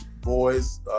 boys